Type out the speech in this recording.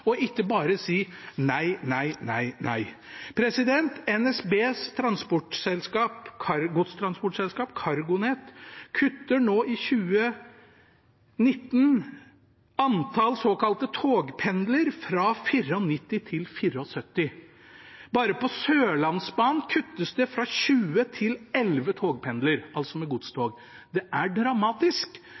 og ikke bare si nei, nei, nei, nei. NSBs godstransportselskap, CargoNet, kutter nå i 2019 antallet såkalte togpendler fra 94 til 74. Bare på Sørlandsbanen kuttes det fra 20 til 11 togpendler, altså med godstog. Det er dramatisk.